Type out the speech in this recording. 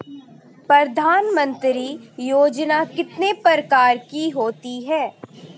प्रधानमंत्री योजना कितने प्रकार की होती है?